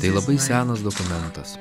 tai labai senas dokumentas